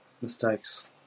mistakes